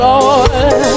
Lord